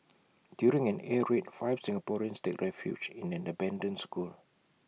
during an air raid five Singaporeans take refuge in an abandoned school